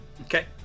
Okay